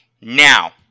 Now